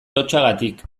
lotsagatik